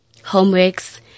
homeworks